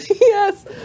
Yes